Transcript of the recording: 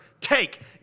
Take